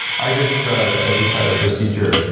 i just ah i just had a procedure.